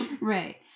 Right